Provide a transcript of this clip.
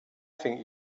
think